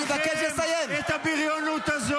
סגור את האירוע.